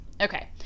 Okay